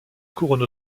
couronne